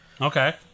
Okay